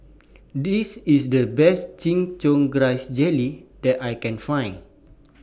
This IS The Best Chin Chow Grass Jelly that I Can Find